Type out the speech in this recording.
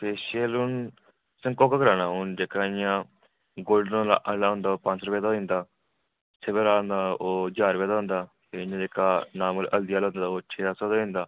facial हून तुसें कोह्का कराना दिक्खना पौना गोल्डन आह्ला पंज सौ रपे दा होई जंदा सिल्वर आह्ला ज्हार रपे दा होई जंदा नॉर्मल जेह्ड़ा हल्दी आह्ला छे सत्त सौ रपे दा होई जंदा